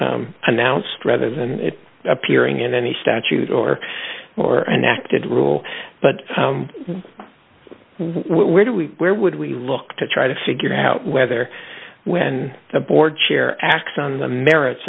announced rather than it appearing in any statute or or enacted rule but where do we where would we look to try to figure out whether when the board chair acts on the merits